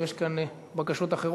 האם יש כאן בקשות אחרות?